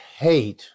hate